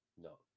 no